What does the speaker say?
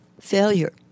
failure